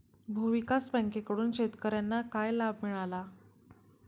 भूविकास बँकेकडून शेतकर्यांना काय लाभ मिळाला?